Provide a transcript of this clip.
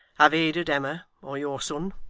have aided emma, or your son?